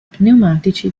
pneumatici